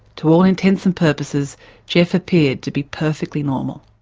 to all intents and purposes geoff appeared to be perfectly normal.